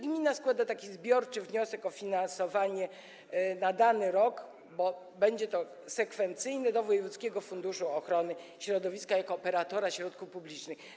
Gmina składa zbiorczy wniosek o finansowanie na dany rok, sekwencyjnie, do wojewódzkiego funduszu ochrony środowiska jako operatora środków publicznych.